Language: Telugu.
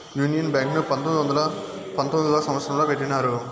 యూనియన్ బ్యాంక్ ను పంతొమ్మిది వందల పంతొమ్మిదవ సంవచ్చరంలో పెట్టినారు